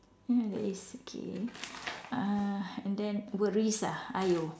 ya there is okay uh and then worries ah !aiyo!